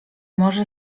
może